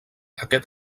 aquest